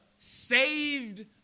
saved